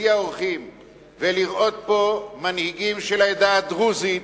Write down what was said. ולראות פה מנהיגים של העדה הדרוזית